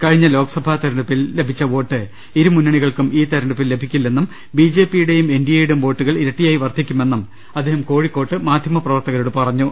കഴിഞ്ഞ ലോക്സഭാ തെരഞ്ഞെടുപ്പിൽ ലഭിച്ച വോട്ട് ഇരുമുന്നണികൾക്കും ഇൌ ലഭിക്കില്ലെന്നും തെരഞ്ഞെടുപ്പിൽ ബിജെപിയുടെയും എൻഡിഎയുടെയും വോട്ടുകൾ ഇരട്ടിയായി വർദ്ധിക്കുമെന്നും അദ്ദേഹം കോഴിക്കോട്ട് മാധ്യമപ്രവർത്തകരോട് പറഞ്ഞു